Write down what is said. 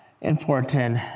important